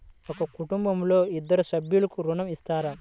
ఒక కుటుంబంలో ఇద్దరు సభ్యులకు ఋణం ఇస్తారా?